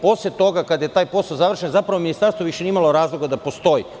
Posle toga, kada je taj posao završen, zapravo ministarstvo više nije imalo razloga da postoji.